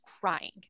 crying